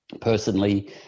personally